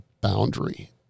boundary